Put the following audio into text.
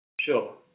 Sure